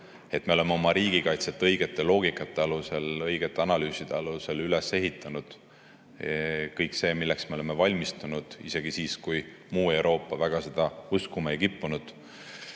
et me oleme oma riigikaitset õige loogika alusel, õigete analüüside alusel üles ehitanud. Kõik see, milleks me oleme valmistunud, isegi siis, kui muu Euroopa väga seda uskuma ei kippunud,